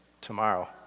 tomorrow